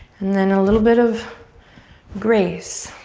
and then a little bit of grace.